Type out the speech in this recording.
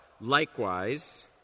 likewise